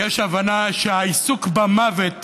יש הבנה שהעיסוק במוות